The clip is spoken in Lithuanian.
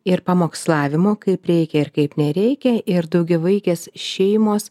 ir pamokslavimo kaip reikia ir kaip nereikia ir daugiavaikės šeimos